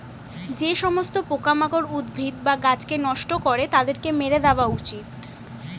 যে সমস্ত পোকামাকড় উদ্ভিদ বা গাছকে নষ্ট করে তাদেরকে মেরে দেওয়া উচিত